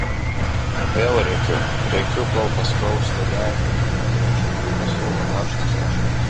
vėl rėkiu rėkiu kol paskausta gerklę ir iš akių pasrūva karštos ašaros